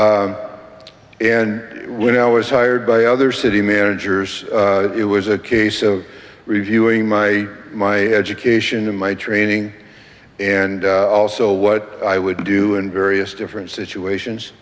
and when i was hired by other city managers it was a case of reviewing my my education and my training and and also what i would do in various different situations